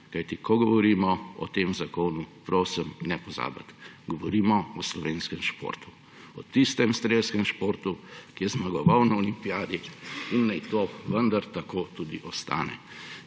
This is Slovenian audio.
Ko govorimo o tem zakonu, prosim, ne pozabite, govorimo o slovenskem športu, o tistem strelskem športu, ki je zmagoval na olimpijadi, in naj to vendar tako tudi ostane.